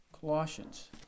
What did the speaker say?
Colossians